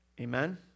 amen